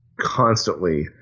constantly